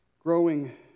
Growing